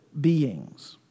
beings